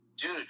Dude